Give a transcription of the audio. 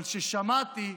אבל כששמעתי,